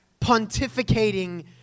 pontificating